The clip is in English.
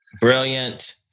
brilliant